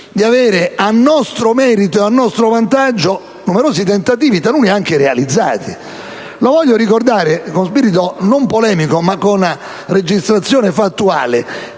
di avere a nostro merito e a nostro vantaggio numerosi tentativi, taluni anche realizzati. Ricordo, con spirito non polemico ma come semplice registrazione dei